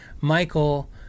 Michael